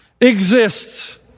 exists